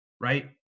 right